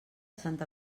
santa